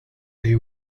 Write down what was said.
they